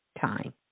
time